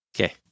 Okay